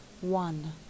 One